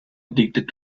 addicted